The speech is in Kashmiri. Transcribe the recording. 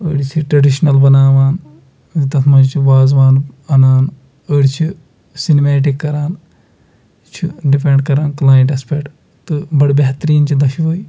أڑۍ چھِ ٹریڈِشنَل بَناوان تَتھ منٛز چھِ وازوان اَنان أڑۍ چھِ سِنمیٹِک کَران یہِ چھِ ڈِپٮ۪نٛڈ کَران کٕلاینٹَس پٮ۪ٹھ تہٕ بَڑٕ بہتریٖن چھِ دَشوٕے